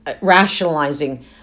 rationalizing